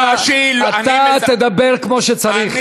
אתה תדבר כמו שצריך.